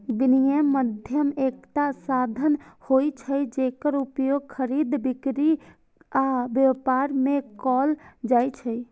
विनिमय माध्यम एकटा साधन होइ छै, जेकर उपयोग खरीद, बिक्री आ व्यापार मे कैल जाइ छै